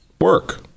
work